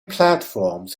platforms